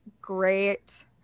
great